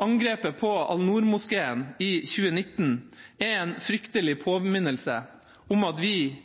Angrepet på Al-Noor-moskeen i 2019 var en fryktelig påminnelse om at vi